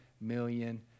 million